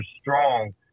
strong